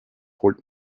holt